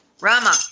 Rama